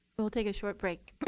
we'll take a short break.